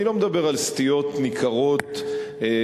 אני לא מדבר על סטיות ניכרות שיוצאות